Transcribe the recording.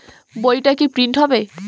বইটা কি প্রিন্ট হবে?